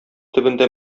төбендә